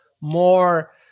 more